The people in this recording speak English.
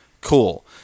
cool